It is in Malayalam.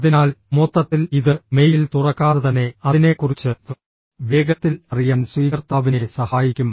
അതിനാൽ മൊത്തത്തിൽ ഇത് മെയിൽ തുറക്കാതെ തന്നെ അതിനെക്കുറിച്ച് വേഗത്തിൽ അറിയാൻ സ്വീകർത്താവിനെ സഹായിക്കും